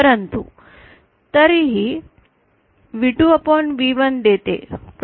परंतु तरीही V2V1 देते